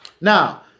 Now